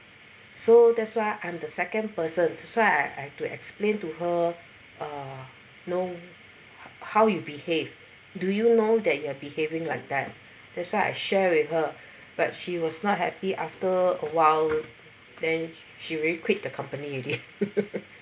so that's why I'm the second person so I I have to explain to her uh you know how how you behave do you know that you are behaving like that that's why I share with her but she was not happy after a while then she really quit the company already